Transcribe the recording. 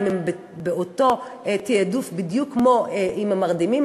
אם הם באותו תעדוף בדיוק כמו המרדימים,